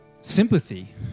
sympathy